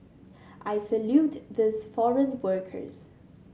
I salute these foreign workers